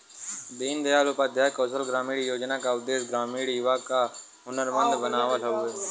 दीन दयाल उपाध्याय कौशल ग्रामीण योजना क उद्देश्य ग्रामीण युवा क हुनरमंद बनावल हउवे